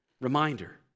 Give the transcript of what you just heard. reminder